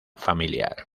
familiar